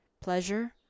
Pleasure